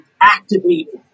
activated